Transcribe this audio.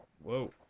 Whoa